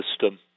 system